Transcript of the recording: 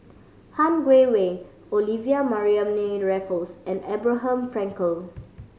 Han Guangwei Olivia Mariamne Raffles and Abraham Frankel